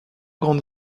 grandes